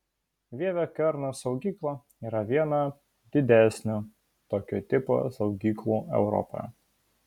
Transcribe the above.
vievio kerno saugykla yra viena didesnių tokio tipo saugyklų europoje